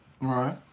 right